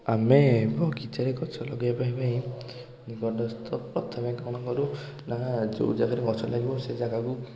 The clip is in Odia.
ଆମେ ବଗିଚାରେ ଗଛ ଲଗେଇବା ପାଇଁ ବନସ୍ତ ପ୍ରଥମେ କ'ଣ କରୁ ନାଁ ଯେଉଁ ଜାଗାରେ ଗଛ ଲାଗିବ ସେ ଜାଗାକୁ